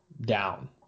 down